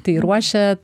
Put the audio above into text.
tai ruošia